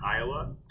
Iowa